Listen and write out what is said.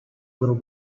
little